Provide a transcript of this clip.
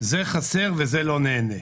זה חסר וזה לא נהנה,